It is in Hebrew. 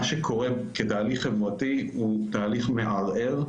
מה שקורה כתהליך חברתי הוא תהליך מערער,